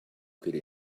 could